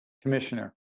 Commissioner